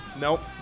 Nope